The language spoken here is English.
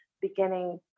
beginning